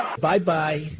Bye-bye